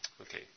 Okay